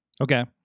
Okay